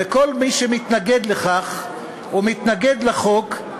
וכל מי שמתנגד לכך או מתנגד לחוק,